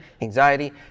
anxiety